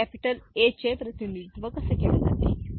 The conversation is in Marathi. भांडवल ए चे प्रतिनिधित्व कसे केले जाते